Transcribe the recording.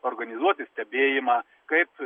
organizuoti stebėjimą kaip